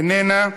איננה,